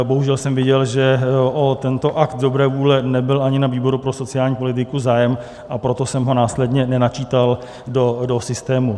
Bohužel jsem viděl, že o tento akt dobré vůle nebyl ani na výboru pro sociální politiku zájem, a proto jsem ho následně nenačítal do systému.